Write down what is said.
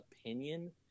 opinion